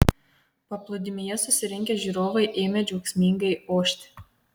paplūdimyje susirinkę žiūrovai ėmė džiaugsmingai ošti